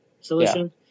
solution